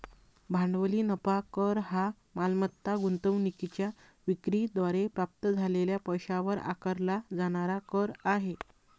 भांडवली नफा कर हा मालमत्ता गुंतवणूकीच्या विक्री द्वारे प्राप्त झालेल्या पैशावर आकारला जाणारा कर आहे